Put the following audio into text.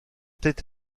tête